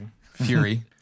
Fury